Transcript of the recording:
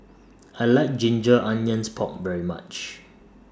I like Ginger Onions Pork very much